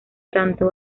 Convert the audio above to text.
tanto